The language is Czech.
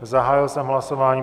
Zahájil jsem hlasování.